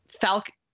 falcon